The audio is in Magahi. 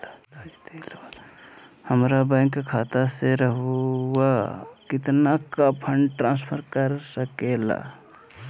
हमरा बैंक खाता से रहुआ कितना का फंड ट्रांसफर कर सके ला?